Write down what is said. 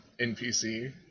NPC